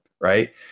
right